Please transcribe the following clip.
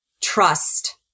trust